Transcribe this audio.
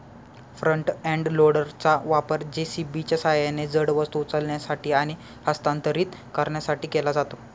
front end लोडरचा वापर जे.सी.बीच्या सहाय्याने जड वस्तू उचलण्यासाठी आणि हस्तांतरित करण्यासाठी केला जातो